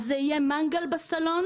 אז זה יהיה מנגל בסלון,